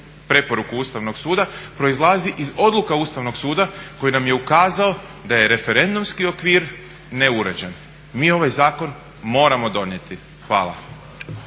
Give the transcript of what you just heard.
preporuku Ustavnog suda proizlazi iz odluka Ustavnog suda koji nam je ukazao da je referendumski okvir neuređen. Mi ovaj zakon moramo donijeti. Hvala.